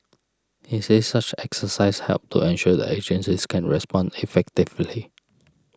he said such exercises help to ensure the agencies can respond effectively